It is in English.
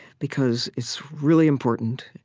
because it's really important,